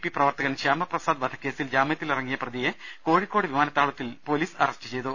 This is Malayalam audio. പി പ്രവർത്തകൻ ശ്യാമപ്രസാദ് വധക്കേസിൽ ജാമ്യത്തിലിറങ്ങിയ പ്രതിയെ കോഴിക്കോട് വിമാനത്താവളത്തിൽ വെച്ച് പൊലീസ് അറസ്റ്റ് ചെയ്തു